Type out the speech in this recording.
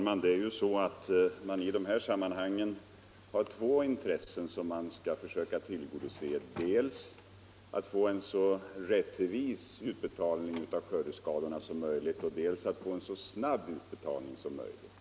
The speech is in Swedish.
Fru talman! I det här sammanhanget har man ju två intressen att försöka tillgodose, nämligen dels att få en så rättvis utbetalning av ersättningarna som möjligt, dels att få en så snabb utbetalning som möjligt.